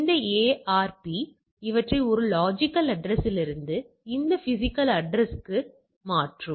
இந்த ARP இவற்றை ஒரு லொஜிக்கல் அட்ரஸ்லிருந்து இந்த பிஸிக்கல் அட்ரஸ்க்கு மாற்றும்